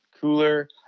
cooler